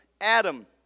Adam